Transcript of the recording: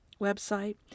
website